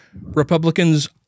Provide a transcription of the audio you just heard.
Republicans